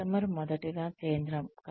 customer మొదటగా కేంద్రం